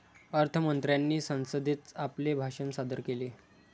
अर्थ मंत्र्यांनी संसदेत आपले भाषण सादर केले